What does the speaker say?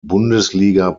bundesliga